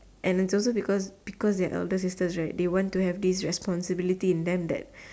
and its also because because they are elder sister right they want to have this responsibility in them that